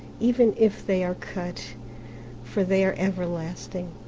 even if they are cut for they are everlasting.